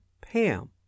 Pam